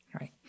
Right